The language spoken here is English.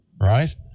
right